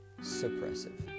suppressive